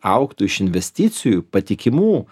augtų iš investicijų patikimų